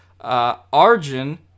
Arjun